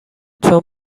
چون